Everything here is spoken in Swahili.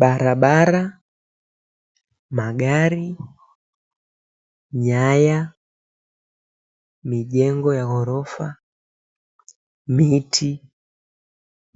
Barabara, magari, nyaya, mijengo ya ghorofa, miti